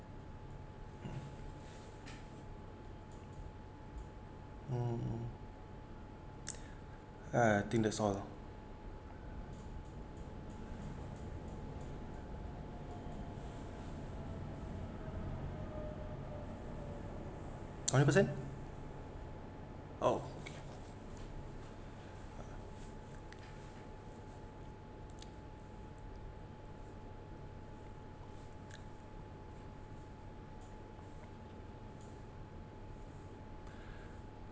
mm ah I think that's all lah hundred per cent oh